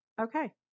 Okay